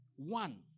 One